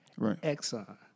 Exxon